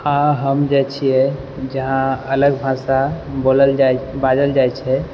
हाँ हम जाइ छियै जहाँ अलग भाषा बोलल जाइ बाजल जाइ छै